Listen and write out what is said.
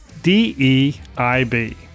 DEIB